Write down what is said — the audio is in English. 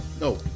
No